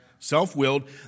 Self-willed